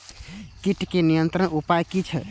कीटके नियंत्रण उपाय कि छै?